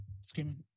Screaming